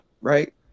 right